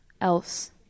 else